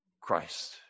Christ